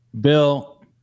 Bill